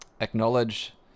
acknowledge